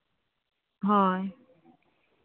ᱦᱳᱭ